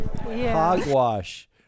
Hogwash